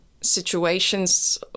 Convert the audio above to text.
situations